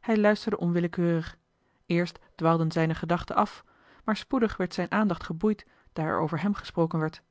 hij luisterde onwillekeurig eerst dwaalden zijne gedachten af maar spoedig werd zijne aandacht geboeid daar er over hem gesproken werd